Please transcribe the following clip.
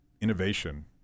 innovation